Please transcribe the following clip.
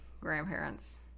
grandparents